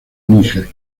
níger